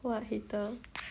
what a hater